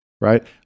right